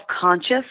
conscious